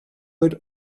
had